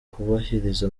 kubahiriza